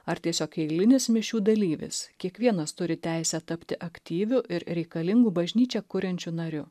ar tiesiog eilinis mišių dalyvis kiekvienas turi teisę tapti aktyviu ir reikalingu bažnyčią kuriančiu nariu